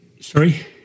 Sorry